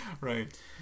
right